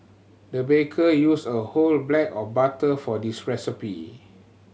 the baker used a whole black of butter for this recipe